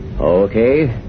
Okay